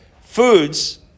foods